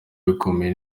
ibikomeye